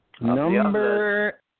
Number